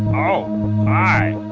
oh hi